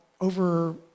over